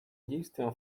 действием